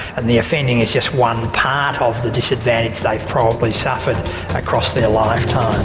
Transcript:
and the offending is just one part of the disadvantage they've probably suffered across their lifetime.